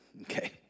Okay